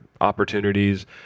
opportunities